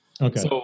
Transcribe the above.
Okay